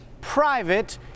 private